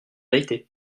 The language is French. vérité